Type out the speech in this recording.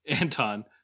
Anton